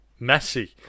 Messi